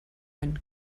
ein